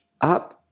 up